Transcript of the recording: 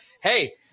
Hey